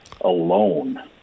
alone